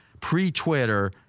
pre-Twitter